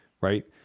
right